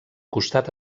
costat